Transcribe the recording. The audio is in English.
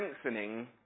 strengthening